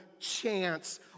chance